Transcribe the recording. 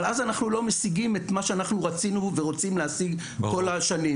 אבל אז אנחנו לא משיגים את מה שאנחנו רצינו ורוצים להשיג כל השנים,